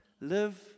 live